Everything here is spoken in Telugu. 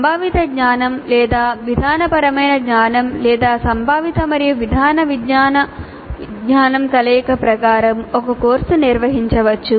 సంభావిత జ్ఞానం లేదా విధానపరమైన జ్ఞానం లేదా సంభావిత మరియు విధాన విజ్ఞానం కలయిక ప్రకారం ఒక కోర్సును నిర్వహించవచ్చు